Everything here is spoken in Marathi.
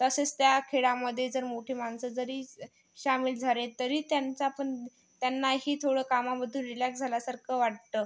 तसेच त्या खेळामध्ये जर मोठी माणसं जरी स् सामील झाले तरी त्यांचा पण त्यांनाही थोडं कामामधून रिलॅक्स झाल्यासारखं वाटतं